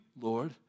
Lord